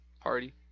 Party